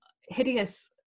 hideous